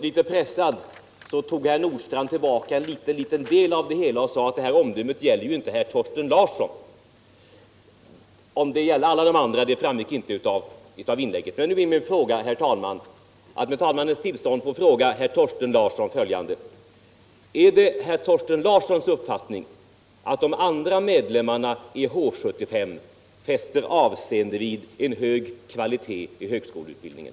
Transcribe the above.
Litet pressad tog herr Nordstrandh sedan tillbaka cen liten del av detta och sade att det omdömet inte gällde herr Thorsten Larsson. Om det gäl'de alla de andra framgick inte av inlägget. Nu ber jag att med talmannens tillstånd få fråga herr Thorsten Larsson: Är det herr Thorsten Larssons uppfattning att de andra medlemmarna i H 75 fäster avseende vid en hög kvalitet i högskoleutbildningen?